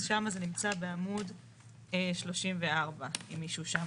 אז שם זה נמצא בעמוד 34, אם מישהו שם.